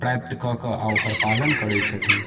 प्राप्त कऽ के आओर ओकर पालन करै छथिन